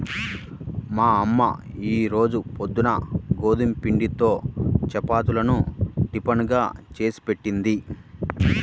మా అమ్మ ఈ రోజు పొద్దున్న గోధుమ పిండితో చపాతీలను టిఫిన్ గా చేసిపెట్టింది